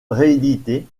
réédité